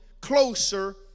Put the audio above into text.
closer